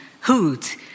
hoot